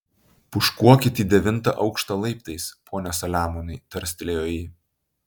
pūškuokit į devintą aukštą laiptais pone saliamonai tarstelėjo ji